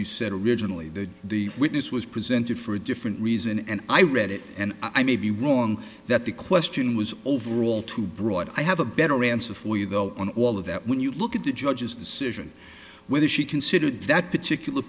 you said originally that the witness was presented for a different reason and i read it and i may be wrong that the question was overall too broad i have a better answer for you go on all of that when you look at the judge's decision whether she considered that particular